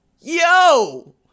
yo